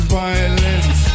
violence